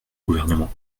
gouvernement